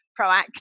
proactive